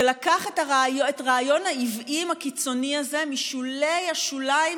שלקח את רעיון העוועים הקיצוני הזה משולי-השוליים,